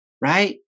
right